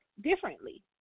differently